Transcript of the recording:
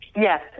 Yes